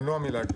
מנוע מלהגיב.